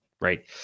Right